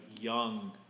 young